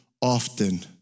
often